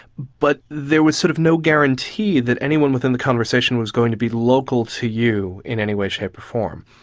but there was sort of no guarantee that anyone within the conversation was going to be local to you in any way, shape form.